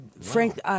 Frank